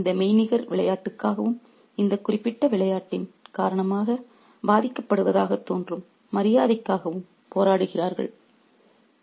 எனவே அவர்கள் இந்த மெய்நிகர் விளையாட்டுக்காகவும் இந்த குறிப்பிட்ட விளையாட்டின் காரணமாக பாதிக்கப்படுவதாகத் தோன்றும் மரியாதைக்காகவும் போராடுகிறார்கள்